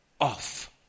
off